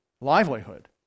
Livelihood